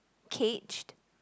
caged